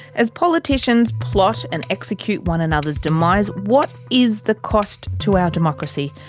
as politicians plot and execute one another's demise, what is the cost to our democracy?